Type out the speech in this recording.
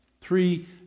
Three